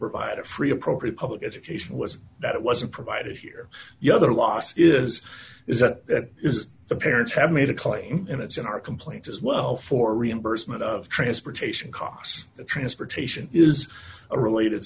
provide a free appropriate public education was that it wasn't provided here you know the last is is that is the parents have made a claim and it's in our complaint as well for reimbursement of transportation costs transportation is a related